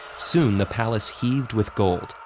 soon the palace heaved with gold,